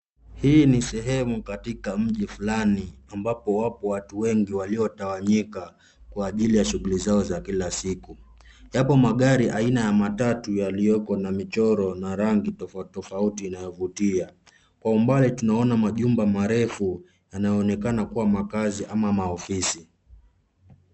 Hii ni sehemu katika mji flani ambapo wapo watu wengi waliotawanyika kwa ajili ya shughuli zao za kila siku. Yapo magari aina ya matatu yaliyoko na michoro na rangi tofauti tofauti inayovutia. Kwa umbali tunaona majumba marefu yanayoonekana kuwa makazi ama maofisi.